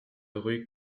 rue